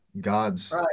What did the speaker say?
God's